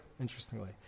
interestingly